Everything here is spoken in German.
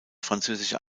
französische